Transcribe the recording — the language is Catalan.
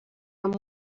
amb